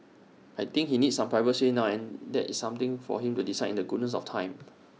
I think he needs some private space now there is something for him to decide in the goodness of time